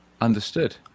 understood